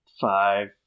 five